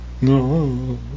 no